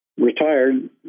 Retired